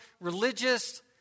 religious